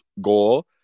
goal